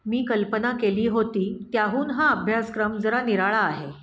मी कल्पना केली होती त्याहून हा अभ्यासक्रम जरा निराळा आहे